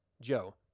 Joe